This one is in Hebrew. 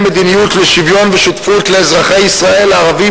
מדיניות לשוויון ושותפות לאזרחי ישראל הערבים,